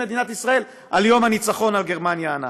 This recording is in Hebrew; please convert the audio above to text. מדינת ישראל על יום הניצחון על גרמניה הנאצית.